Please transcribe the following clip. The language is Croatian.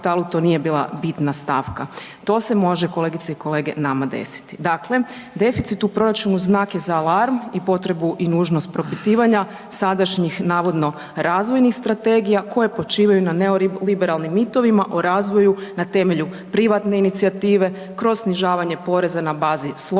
To se može kolegice i kolege nama desiti. Dakle, deficit u proračunu znak je za alarm i potrebu i nužnost propitivanja sadašnjih navodno razvojnih strategija koje počivaju na neoliberalnim mitovima o razvoju na temelju privatne inicijative kroz snižavanje poreza na bazi slobodne